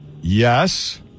Yes